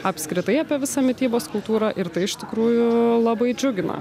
apskritai apie visą mitybos kultūrą ir tai iš tikrųjų labai džiugina